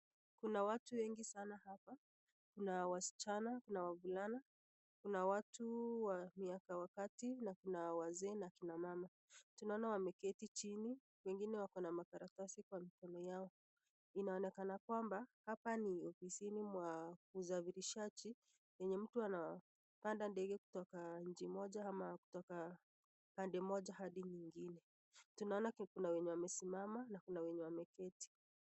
Kuna watu wengi sana hapa. Kuna wasichana, kuna wavulana, kuna watu wa miaka wakati na kuna wazee na kina mama. Tunaona wameketi chini. Wengine wako na makaratasi kwa mikono yao. Inaonekana kwamba hapa ni ofisini mwa usafirishaji yenye mtu anapanda ndege kutoka nchi moja ama kutoka upande moja hadi nyingine. Tunaona kuna wenye wamesimama na kuna wenye wameketi.